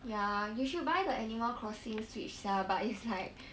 ya you should buy the animal crossing switch sia but it's like